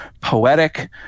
poetic